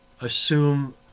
assume